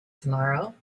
tomorrow